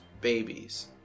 babies